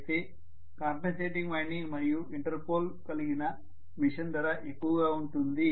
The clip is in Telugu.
అయితే కాంపెన్సేటింగ్ వైండింగ్ మరియు ఇంటర్పోల్ కలిగిన మెషిన్ ధర ఎక్కువగా ఉంటుంది